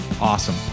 awesome